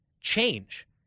change